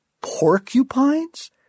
Porcupines